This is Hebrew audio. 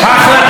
לא מתאים